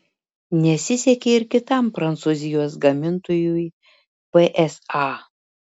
nesisekė ir kitam prancūzijos gamintojui psa